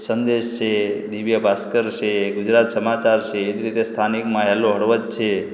સંદેશ છે દિવ્ય ભાસ્કર છે ગુજરાત સમાચાર છે એવી રીતે સ્થાનિકમાં હેલ્લો હળવદ છે